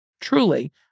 truly